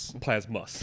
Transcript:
plasma